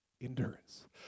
endurance